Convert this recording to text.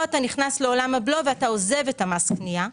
אתה נכנס לעולם הבלו ועוזב את מס הקנייה.